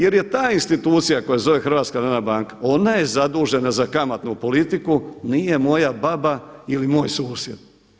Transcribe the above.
Jer je ta institucija koja se zove HNB ona je zadužena za kamatnu politiku, nije moja baba ili moj susjed.